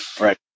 right